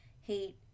hate